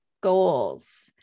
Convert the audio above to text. goals